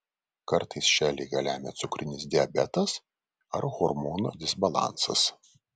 kartais šią ligą lemia cukrinis diabetas ar hormonų disbalansas